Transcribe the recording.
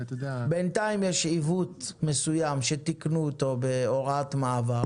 בינתיים יש עיוות מסוים שתיקנו אותו בהוראת מעבר